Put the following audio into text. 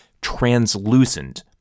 translucent